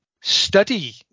study